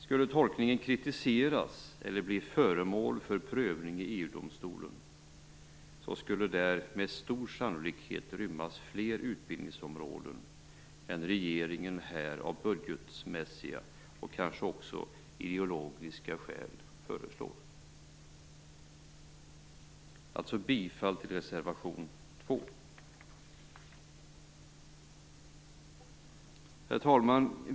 Skulle tolkningen kritiseras eller bli föremål för prövning i EU domstolen skulle där med stor sannolikhet rymmas fler utbildningsområden än regeringen här av budgetmässiga och kanske också ideologiska skäl föreslår. Bifall till reservation 2! Herr talman!